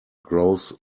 grows